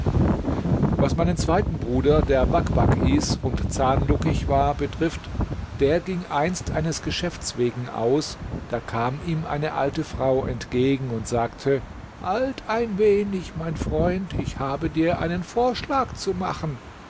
was meinen zweiten bruder der bakbak hieß und zahnluckig war betrifft der ging einst eines geschäfts wegen aus da kam ihm eine alte frau entgegen und sagte halt ein wenig mein freund ich habe dir einen vorschlag zu machen